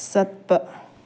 ꯆꯠꯄ